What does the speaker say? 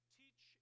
teach